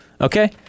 Okay